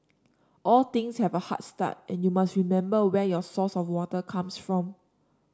all things have a hard start and you must remember where your source of water comes from